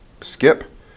skip